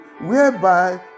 whereby